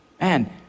Man